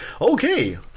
Okay